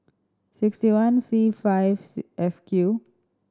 sixty one C five S Q